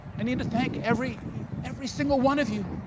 i need to thank every every single one of you.